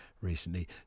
recently